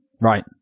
Right